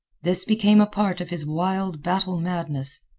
this became a part of his wild battle madness.